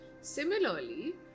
Similarly